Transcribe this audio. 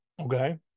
Okay